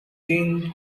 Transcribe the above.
dean